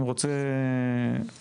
אם הוא רוצה לשאול,